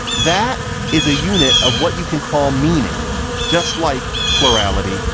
that is a unit of what you can call meaning just like plurality,